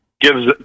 gives